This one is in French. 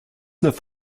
neuf